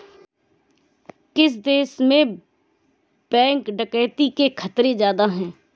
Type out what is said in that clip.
किस देश में बैंक डकैती के खतरे ज्यादा हैं?